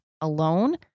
alone